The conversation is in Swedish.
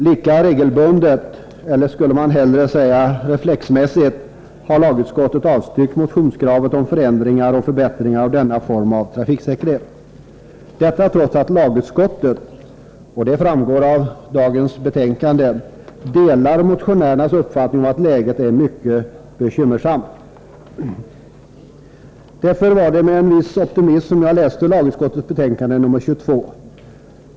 Lika regelbundet eller, skulle man hellre säga, reflexmässigt har lagutskottet avstyrkt motionskravet på förändringar och förbättringar av denna form av trafiksäkerhet — detta trots att lagutskottet, såsom framgår av dagens betänkande, delar motionärernas uppfattning att läget är mycket bekymmersamt. Det var med en viss optimism jag läste lagutskottets betänkande nr 22.